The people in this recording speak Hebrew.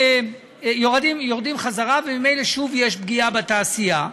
יורד חזרה, וממילא שוב יש פגיעה בתעשייה.